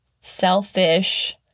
selfish